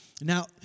Now